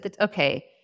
okay